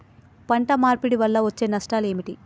పంట మార్పిడి వల్ల వచ్చే నష్టాలు ఏమిటి?